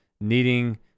needing